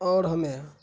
اور ہمیں